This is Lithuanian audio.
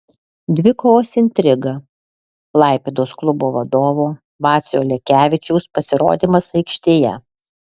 dvikovos intriga klaipėdos klubo vadovo vacio lekevičiaus pasirodymas aikštėje